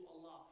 Allah